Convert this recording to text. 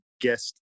guest